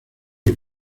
dos